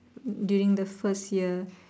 during the first year